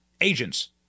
agents